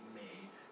made